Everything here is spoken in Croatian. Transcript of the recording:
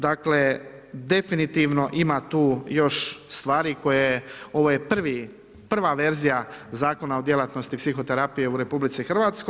Dakle, definitivno ima tu još stvari koje, ovo je prva verzija Zakona o djelatnosti psihoterapije u RH.